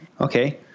Okay